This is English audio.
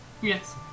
Yes